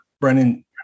Brennan